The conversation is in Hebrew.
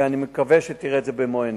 ואני מקווה שתראה את זה במו עיניך.